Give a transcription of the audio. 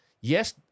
Yes